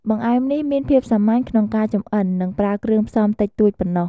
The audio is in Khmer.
បង្អែមនេះមានភាពសាមញ្ញក្នុងការចម្អិន និងប្រើគ្រឿងផ្សំតិចតួចប៉ុណ្ណោះ។